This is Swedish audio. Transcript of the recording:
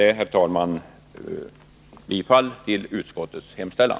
Jag yrkar med detta bifall till utskottets hemställan.